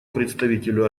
представителю